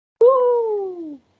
Woo